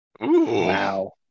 Wow